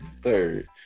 third